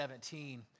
17